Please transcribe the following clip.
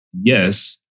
Yes